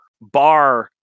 bar